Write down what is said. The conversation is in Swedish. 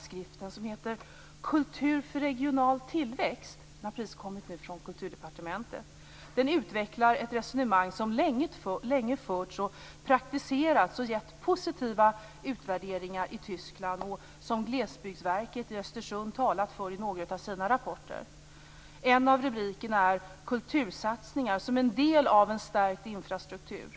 Skriften Kultur för regional tillväxt, som precis har kommit från Kulturdepartementet, utvecklar ett resonemang som länge förts och praktiserats och gett positiva utvärderingar i Tyskland. Glesbygdsverket i Östersund har talat för den i några av sina rapporter. En av rubrikerna är: Kultursatsningar som en del av en stärkt infrastruktur.